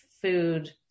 food